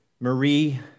Marie